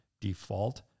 default